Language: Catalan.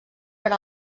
per